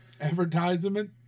Advertisement